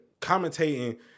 commentating